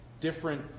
different